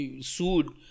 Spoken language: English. sued